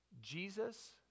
Jesus